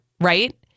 Right